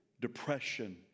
depression